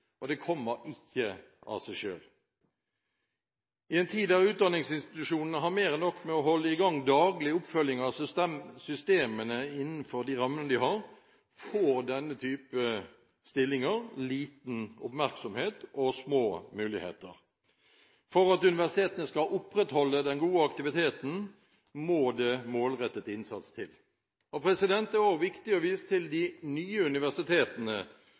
og den kommer ikke av seg selv. I en tid da utdanningsinstitusjonene har mer enn nok med å holde i gang daglige oppfølginger av systemene innenfor de rammene de har, får denne type stillinger liten oppmerksomhet og små muligheter. For at universitetene skal opprettholde den gode aktiviteten, må det målrettet innsats til. Det er også viktig å vise til de nye universitetene,